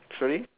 sorry